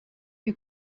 you